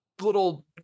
little